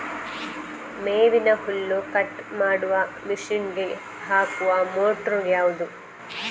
ಮೇವಿನ ಹುಲ್ಲು ಕಟ್ ಮಾಡುವ ಮಷೀನ್ ಗೆ ಹಾಕುವ ಮೋಟ್ರು ಯಾವುದು?